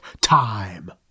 time